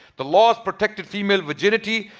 the laws protected female virginity,